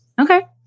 Okay